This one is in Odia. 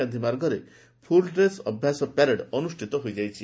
ଗାଧ୍ଧୀ ମାର୍ଗରେ ଆଜି ଫୁଲ୍ ଡ୍ରେସ୍ ଅଭ୍ୟାସ ପରେଡ ଅନୁଷ୍ଚିତ ହୋଇଯାଇଛି